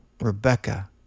Rebecca